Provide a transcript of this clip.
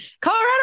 Colorado